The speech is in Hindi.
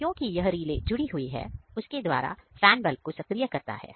क्योंकि यह रिले जुड़ी हुई है उसके द्वारा फैन बल्ब को सक्रिय करता है